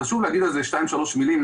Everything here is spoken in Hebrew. חשוב לומר על זה שתיים-שלוש מילים,